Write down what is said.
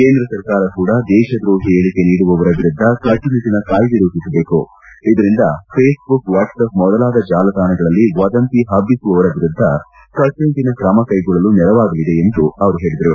ಕೇಂದ್ರ ಸರ್ಕಾರ ಕೂಡ ದೇಶದ್ರೋಹಿ ಹೇಳಿಕೆ ನೀಡುವವರ ವಿರುದ್ಧ ಕಟ್ಟುನಿಟ್ಟಿನ ಕಾಯ್ದೆ ರೂಪಿಸಬೇಕು ಇದರಿಂದ ಫೇಸ್ಬುಕ್ ವಾಟ್ಗ್ಆ್ಯಪ್ ಮೊದಲಾದ ಜಾಲತಾಣಗಳಲ್ಲಿ ವದಂತಿ ಹಬ್ಬಿಸುವವರ ವಿರುದ್ಧ ಕಟ್ಟುನಿಟ್ಟನ ್ರಮ ಕೈಗೊಳ್ಳಲು ನೆರವಾಗಲಿದೆ ಎಂದು ಅವರು ತಿಳಿಸಿದರು